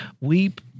weep